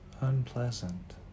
unpleasant